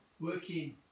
working